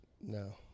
No